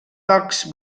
tocs